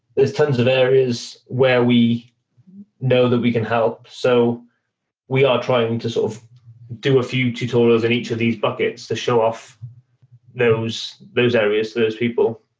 tons of areas where we know that we can help. so we are trying to sort of do a few tutorials in each of these buckets to show off those those areas to those people.